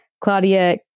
Claudia